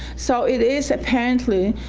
so it is apparently,